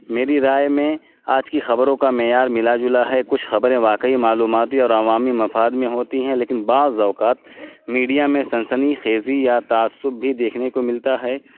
میری رائے میں آج کی خبروں کا معیار ملا جلا ہے کچھ خبریں واقعی معلوماتی اور عوامی مفاد میں ہوتی ہیں لیکن بعض اوقات میڈیا میں سنسنی خیزی یا تعصب بھی دیکھنے کو ملتا ہے